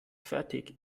fertig